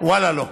ואללה, לא.